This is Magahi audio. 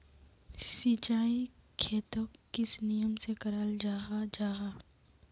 सिंचाई खेतोक किस नियम से कराल जाहा जाहा?